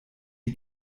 die